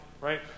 right